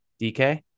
DK